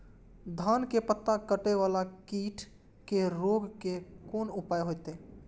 धान के पत्ता कटे वाला कीट के रोक के कोन उपाय होते?